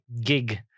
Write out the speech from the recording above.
gig